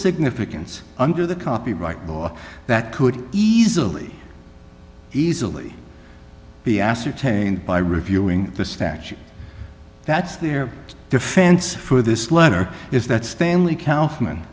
significance under the copyright law that could easily easily be ascertained by reviewing the statute that's their defense for this letter is that stanley coun